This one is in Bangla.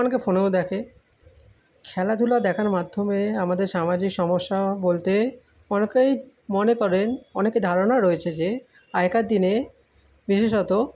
অনেকে ফোনেও দেখে খেলাধুলা দেখার মাধ্যমে আমাদের সামাজিক সমস্যা বলতে অনেকেই মনে করেন অনেকের ধারণা রয়েছে যে আগেকার দিনে বিশেষত